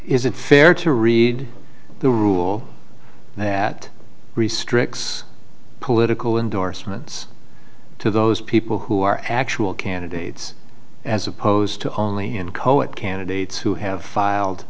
is it fair to read the rule that restricts political endorsements to those people who are actual candidates as opposed to only in kohut candidates who have filed